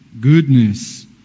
goodness